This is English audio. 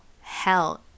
hell